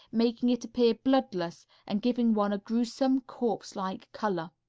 making it appear bloodless and giving one a gruesome, corpse-like color.